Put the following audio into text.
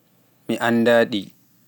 mi annda ɗi.